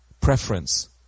preference